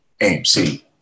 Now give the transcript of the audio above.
AMC